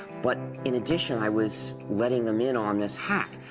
but in addition i was letting them in on this hack.